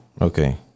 okay